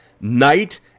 Night